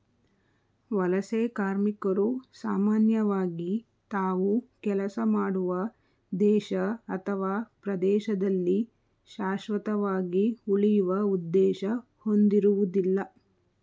ವಲಸೆ ಕಾರ್ಮಿಕರು ಸಾಮಾನ್ಯವಾಗಿ ತಾವು ಕೆಲಸ ಮಾಡುವ ದೇಶ ಅಥವಾ ಪ್ರದೇಶದಲ್ಲಿ ಶಾಶ್ವತವಾಗಿ ಉಳಿಯುವ ಉದ್ದೇಶ ಹೊಂದಿರುವುದಿಲ್ಲ